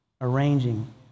arranging